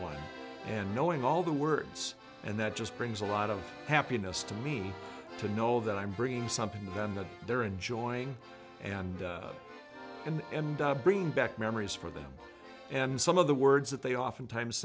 one and knowing all the words and that just brings a lot of happiness to me to know that i'm bringing something to them that they're enjoying and and bringing back memories for them and some of the words that they oftentimes